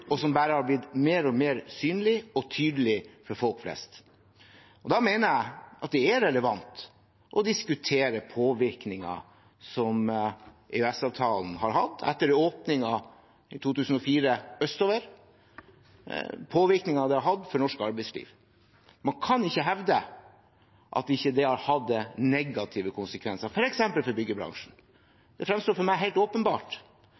og som bare har blitt mer og mer synlige og tydelige for folk flest. Og da mener jeg det er relevant å diskutere påvirkningen EØS-avtalen har hatt på norsk arbeidsliv etter åpningen østover i 2004. Man kan ikke hevde at det ikke har hatt negative konsekvenser, f.eks. for byggebransjen. Det fremstår for meg helt åpenbart